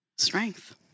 Strength